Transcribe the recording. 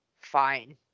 fine